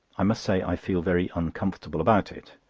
i must say i feel very uncomfortable about it.